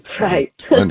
right